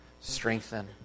strengthen